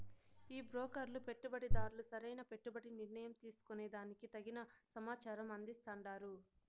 ఈ బ్రోకర్లు పెట్టుబడిదార్లు సరైన పెట్టుబడి నిర్ణయం తీసుకునే దానికి తగిన సమాచారం అందిస్తాండారు